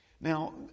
Now